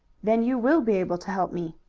then you will be able to help me.